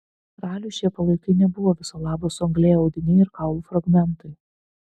raliui šie palaikai nebuvo viso labo suanglėję audiniai ir kaulų fragmentai